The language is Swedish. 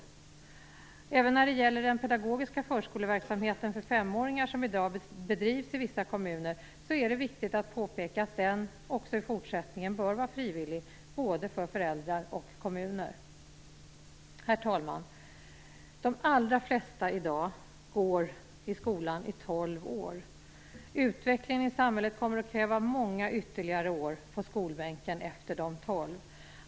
Det är även viktigt att påpeka att den pedagogiska verksamhet för femåringar som i dag bedrivs i vissa kommuner i fortsättningen bör vara frivillig för både föräldrar och kommuner. Herr talman! De allra flesta går i dag i skolan i tolv år. Utvecklingen i samhället gör att det kommer att krävas många ytterligare år på skolbänken efter dessa tolv.